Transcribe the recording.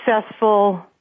successful